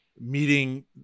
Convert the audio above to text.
meeting